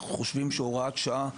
אנחנו חושבים שהוראת שעה,